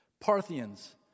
Parthians